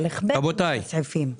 אבל החבאתם את הסעיפים.